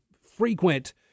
frequent